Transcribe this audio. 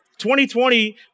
2020